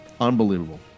unbelievable